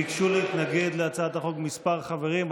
ביקשו להתנגד להצעת החוק כמה חברים.